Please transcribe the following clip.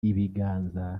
ibiganza